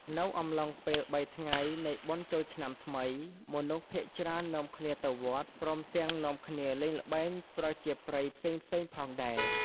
នៅអំឡុងពេល៣ថ្ងៃនៃបុណ្យចូលឆ្នាំថ្មី មនុស្សភាគច្រើននាំគ្នាទៅវត្ត ព្រមទាំងនាំគ្នាលេងល្បែងប្រជាប្រិយផ្សេងៗផងដែរ ។